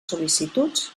sol·licituds